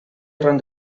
arran